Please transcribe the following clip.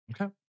Okay